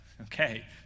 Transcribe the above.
Okay